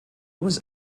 was